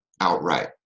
outright